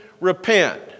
repent